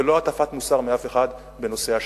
ולא הטפת מוסר מאף אחד בנושא השלום.